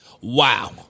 Wow